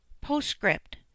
postscript